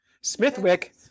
Smithwick